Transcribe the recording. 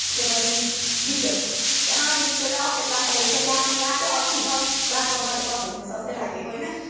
त्यो पनि बित्यो त्यहाँदेखि चाहिँ ट्क्कै क्लास आइदिएको त्यहाँ क्लासै अफ थियो सब क्लासमा बसेको पनि हुन्थ्यो जस्तो लाग्दिएको होइन